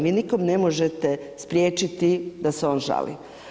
Vi nikog ne možete spriječiti da se on žali.